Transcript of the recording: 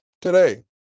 today